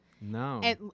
No